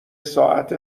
ساعت